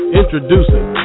introducing